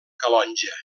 calonge